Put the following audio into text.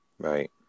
Right